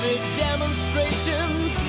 demonstrations